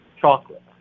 chocolate